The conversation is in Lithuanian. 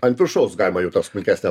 ant viršaus galima jau tą smulkesnę